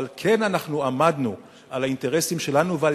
אבל כן עמדנו על האינטרסים שלנו ועל